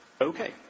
Okay